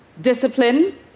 discipline